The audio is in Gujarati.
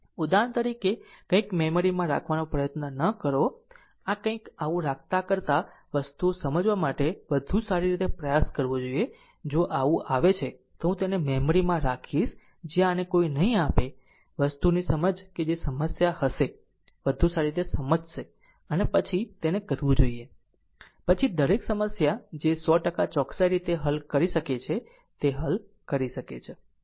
ઉદાહરણ તરીકે કંઇક મેમરીમાં રાખવાનો પ્રયત્ન ન કરો આ કંઈક આવું રાખવા કરતાં વસ્તુઓ સમજવા માટે વધુ સારી રીતે પ્રયાસ કરવો જોઈએ જો આવું આવે છે તો હું તેને મેમરીમાં રાખીશ જે આને કોઈ નહીં આપે વસ્તુની સમજ કે જે સમસ્યા હશે વધુ સારી રીતે સમજશે અને પછી તેને કરવું જોઈએ પછી દરેક સમસ્યા જે 100 ટકા ચોકસાઈ રીતે હલ કરી શકે છે તે હલ કરી શકે છે